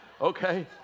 okay